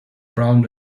brown